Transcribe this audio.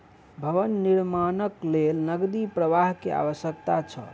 भवन निर्माणक लेल नकदी प्रवाह के आवश्यकता छल